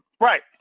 Right